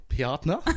partner